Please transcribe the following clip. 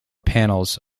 panels